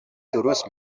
درست